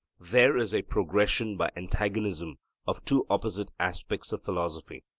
there is a progression by antagonism of two opposite aspects of philosophy.